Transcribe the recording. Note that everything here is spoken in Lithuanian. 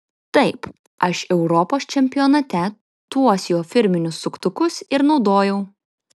taip aš europos čempionate tuos jo firminius suktukus ir naudojau